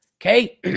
Okay